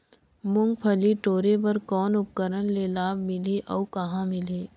मुंगफली टोरे बर कौन उपकरण ले लाभ मिलही अउ कहाँ मिलही?